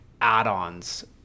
add-ons